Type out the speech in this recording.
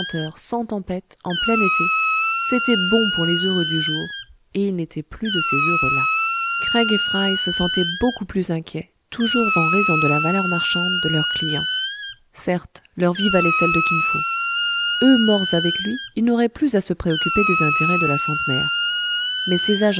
sans tempête en plein été c'était bon pour les heureux du jour et il n'était plus de ces heureux là craig et fry se sentaient beaucoup plus inquiets toujours en raison de la valeur marchande de leur client certes leur vie valait celle de kin fo eux morts avec lui ils n'auraient plus à se préoccuper des intérêts de la centenaire mais ces